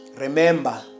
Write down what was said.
Remember